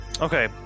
Okay